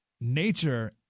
nature